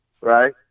right